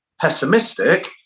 pessimistic